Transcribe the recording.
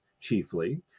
chiefly